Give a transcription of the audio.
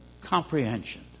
comprehension